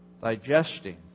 digesting